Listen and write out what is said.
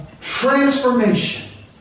transformation